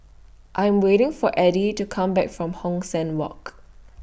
I Am waiting For Edie to Come Back from Hong San Walk